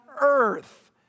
earth